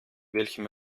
welchem